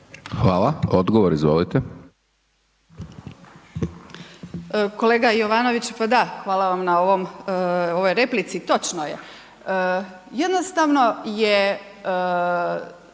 Marija (SDP)** Kolega Jovanoviću, pa da, hvala vam na ovoj replici. Točno je, jednostavno je,